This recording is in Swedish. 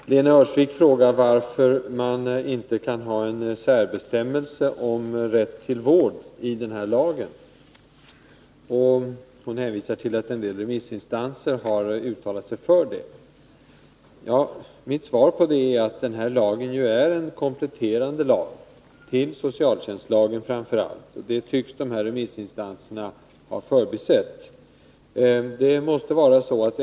Fru talman! Lena Öhrsvik frågar varför man inte kan ha en särbestämmelse om rätt till vård i den här lagen. Hon hänvisar till att en del remissinstanser har uttalat sig för det. Mitt svar på den frågan är att lagen är en kompletterande lag, framför allt till socialtjänstlagen. Det tycks de här remissinstanserna ha förbisett.